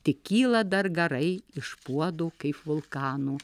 tik kyla dar garai iš puodų kaip vulkanų